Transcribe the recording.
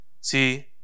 See